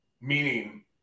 Meaning